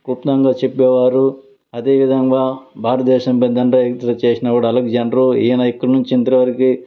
క్లుప్తంగా చెప్పేవారు అదేవిధంగా భారతదేశంపై దండయాత్ర చేసిన కూడ అలేగ్జాండరు ఈయన ఇక్కడినుంచి ఇంతవరకి